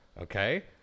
Okay